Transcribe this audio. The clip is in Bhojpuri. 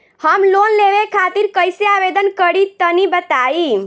हम लोन लेवे खातिर कइसे आवेदन करी तनि बताईं?